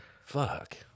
Fuck